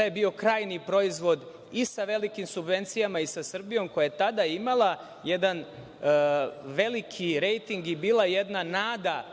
je bio krajnji proizvod i sa velikim subvencijama i sa Srbijom koja je tada imala jedan veliki rejting i bila jedna nada